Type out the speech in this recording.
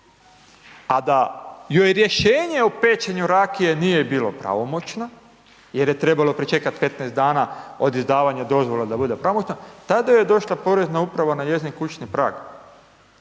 a da joj rješenje o pečenju rakije nije bila pravomoćna, jer je trebalo pričekati 15 dana, od izdavanje dozvole da bude pravomoćna, tada joj je došla Porezna uprava na njezin kućni prag.